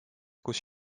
kus